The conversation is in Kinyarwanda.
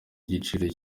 igiciro